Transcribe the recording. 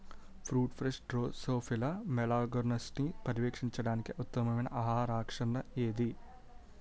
Fruit flies Drosophila మెలనోగాస్టర్ని పర్యవేక్షించడానికి ఉత్తమమైన ఆహార ఆకర్షణ ఏది?